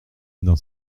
d’un